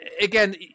again